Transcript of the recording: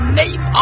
name